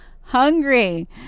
hungry